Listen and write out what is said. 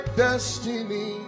destiny